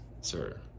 sir